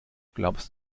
glaubst